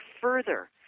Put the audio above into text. further